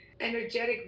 energetic